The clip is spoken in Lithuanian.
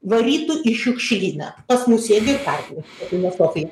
varytų į šiukšlyną pas mus sėdi partijoj filosofai